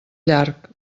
llarg